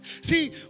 See